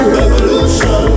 Revolution